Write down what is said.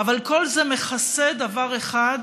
אבל כל זה מכסה דבר אחד: